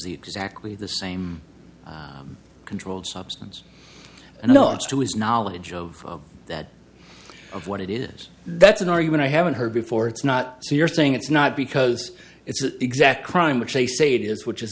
the exactly the same controlled substance and not to his knowledge of that of what it is that's an argument i haven't heard before it's not so you're saying it's not because it's an exact crime which they say it is which is